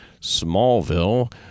Smallville